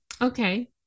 Okay